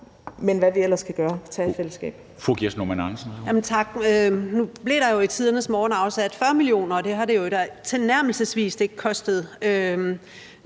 men hvad vi ellers kan gøre og tage fat på i fællesskab.